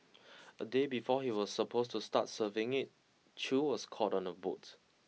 a day before he was supposed to start serving it Chew was caught on a boat